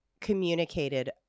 communicated